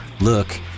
look